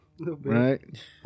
Right